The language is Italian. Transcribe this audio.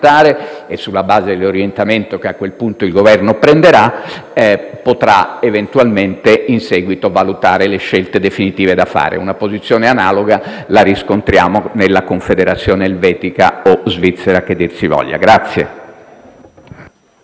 potrà eventualmente in seguito valutare le scelte definitive da fare. Una posizione analoga la riscontriamo nella Confederazione Elvetica, o Svizzera che dir si voglia. *(Applausi dai